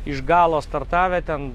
iš galo startavę ten